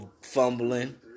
fumbling